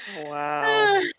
Wow